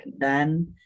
Dan